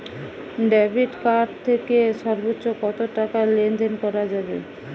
Debit card থেকে সর্বোচ্চ কত টাকা লেনদেন করা যাবে?